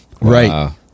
right